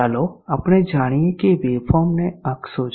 ચાલો આપણે જાણીએ કે વેવફોર્મ ને અક્ષો છે